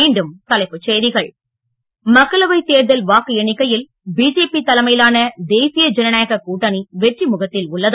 மீண்டும் தலைப்புச் செய்திகள் மக்களவை தேர்தல் வாக்கு எண்ணிக்கையில் பிஜேபி தலைமையிலான தேசிய ஜனநாயக கூட்டணி வெற்றி முகத்தில் உள்ளது